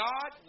God